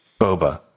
Boba